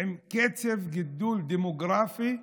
עם קצב גידול דמוגרפי אדיר,